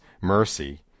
mercy